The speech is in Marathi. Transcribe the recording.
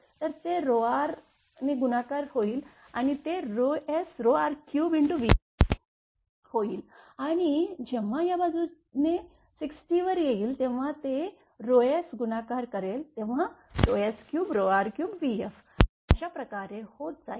तर ते r गुणाकार होईल ते s2r3vf होईल आणि जेव्हा या बाजूने 6T वर येईल जेव्हा ते s गुणाकार करेल तेव्हा s3r3vf आणि अशा प्रकारे होत जाईल